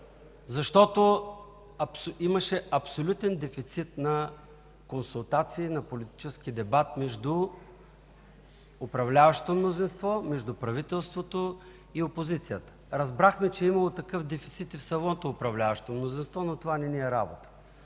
защото имаше абсолютен дефицит на консултации, на политически дебат между управляващото мнозинство, между правителството и опозицията. Разбрахме, че е имало такъв дефицит и в самото управляващо мнозинство, но това не ни е работа.